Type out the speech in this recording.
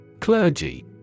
Clergy